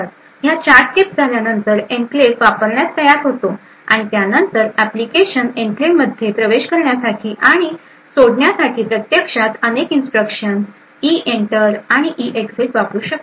तर ह्या चार स्टेप्स झाल्यानंतर एन्क्लेव्ह वापरण्यास तयार होतो आणि त्यानंतर अप्लिकेशन एन्क्लेव्हमध्ये प्रवेश करण्यासाठी आणि सोडण्यासाठी प्रत्यक्षात अनेक इन्स्ट्रक्शन इइंटर आणि इएक्झिट आणि वापरू शकते